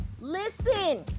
listen